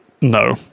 No